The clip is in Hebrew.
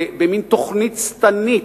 במין תוכנית שטנית,